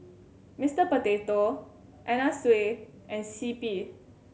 Mister Potato Anna Sui and C P